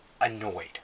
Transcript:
annoyed